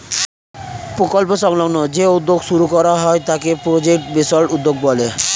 প্রকল্প সংলগ্ন যে উদ্যোগ শুরু করা হয় তাকে প্রজেক্ট বেসড উদ্যোগ বলে